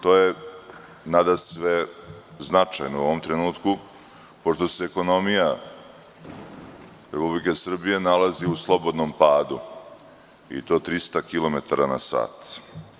To je, nadasve, značajno u ovom trenutku, pošto se ekonomija Republike Srbije nalazi u slobodnom padu i to 300 km na sat.